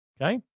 Okay